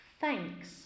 THANKS